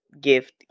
gift